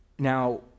Now